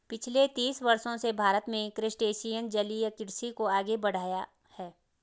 पिछले तीस वर्षों से भारत में क्रस्टेशियन जलीय कृषि को आगे बढ़ाया है